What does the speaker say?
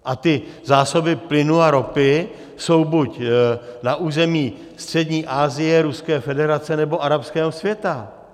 A zásoby plynu a ropy jsou buď na území Střední Asie, Ruské federace ,nebo arabského světa.